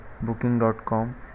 Booking.com